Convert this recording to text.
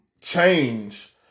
change